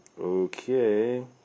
okay